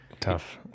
Tough